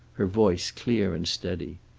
her voice clear and steady.